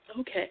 Okay